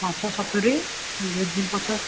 ମାଛ ସତୁରୀ veg meal ପଚାଶ